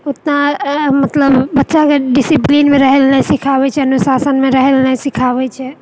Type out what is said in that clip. ओतना अऽ मतलब बच्चाकेँ डिसिप्लीनमे रहए लए नहि सिखाबैत छै अनुशासनमे रहए लए नहि सिखाबैत छै